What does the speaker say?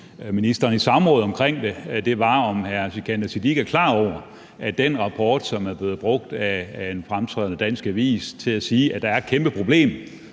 Siddique er klar over, at den rapport, som er blevet brugt af en fremtrædende dansk avis til at sige, at der er et kæmpeproblem